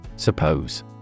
Suppose